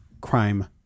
crime